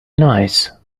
nice